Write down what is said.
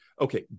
Okay